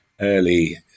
early